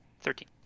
Thirteen